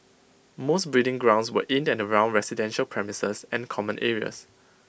most breeding grounds were in and around residential premises and common areas